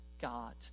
God